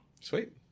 Sweet